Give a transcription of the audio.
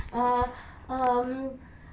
ah um